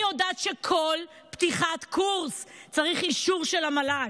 אני יודעת שלכל פתיחת קורס צריך אישור של המל"ג,